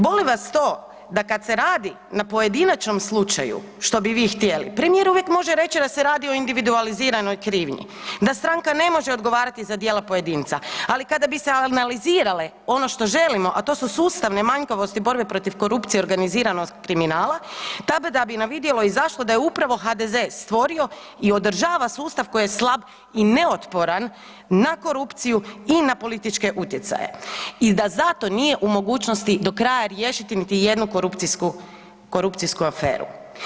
Boli vas to da kada se radi na pojedinačnom slučaju što bi vi htjeli, premijer uvijek može reći da se radi o individualiziranoj krivnji, da stranka ne može odgovarati za djela pojedinca, ali kada bi se analizirale ono što želimo, a to su sustavne manjkavosti borbe protiv korupcije i organiziranog kriminala tada bi na vidjelo izašlo da je upravo HDZ stvorio i održava sustav koji je slab i neotporan na korupciju i na političke utjecaje i da zato nije u mogućnosti do kraja riješiti niti jednu korupcijsku aferu.